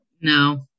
No